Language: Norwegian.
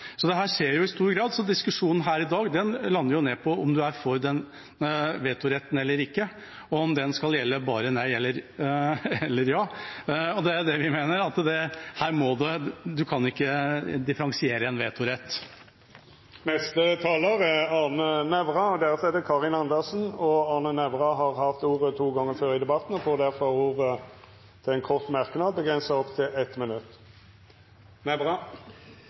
Så dette skjer i stor grad. Diskusjonen her i dag lander ned på om man er for den vetoretten eller ikke, og om den skal gjelde bare «nei» eller «ja». Det vi mener, er at man ikke kan differensiere en vetorett. Representanten Arne Nævra har hatt ordet to gonger tidlegare og får ordet til ein kort merknad, avgrensa til 1 minutt.